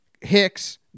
Hicks